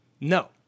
No